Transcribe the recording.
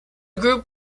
group